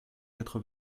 quatre